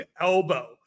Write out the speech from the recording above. elbow